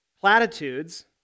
platitudes